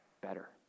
better